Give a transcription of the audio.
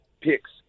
picks